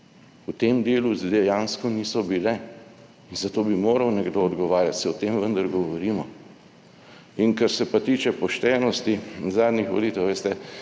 V tem delu dejansko niso bile in zato bi moral nekdo odgovarjati, saj o tem vendar govorimo. Kar se pa tiče poštenosti zadnjih volitev,